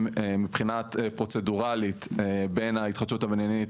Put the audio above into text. מבחינה פרוצדורלית בין ההתחדשות הבניינית